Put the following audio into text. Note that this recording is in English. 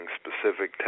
specific